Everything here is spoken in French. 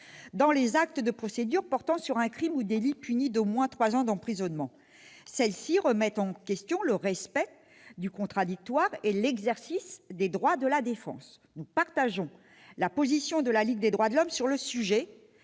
dans les actes de procédure portant sur un crime ou délit puni d'au moins trois ans d'emprisonnement remettent en question le respect du contradictoire et l'exercice des droits de la défense. Nous partageons la position de la Ligue des droits de l'homme sur le sujet